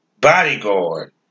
bodyguard